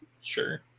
Sure